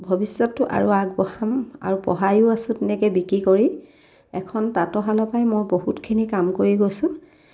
ভৱিষ্যতটো আৰু আগবঢ়াম আৰু পঢ়াইও আছোঁ তেনেকৈ বিক্ৰী কৰি এখন তাঁতশালৰ পৰাই মই বহুতখিনি কাম কৰি গৈছোঁ